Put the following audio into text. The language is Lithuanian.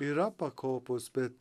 yra pakopos bet